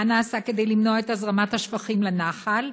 מה נעשה כדי למנוע את הזרמת השפכים לנחל?